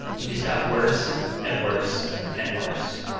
he just got worse and worse and worse.